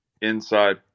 Inside